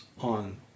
on